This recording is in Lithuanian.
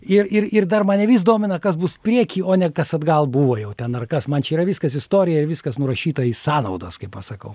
ir ir ir dar mane vis domina kas bus prieky o ne kas atgal buvo jau ten ar kas man čia yra viskas istorija ir viskas nurašyta į sąnaudas kaip aš pasakau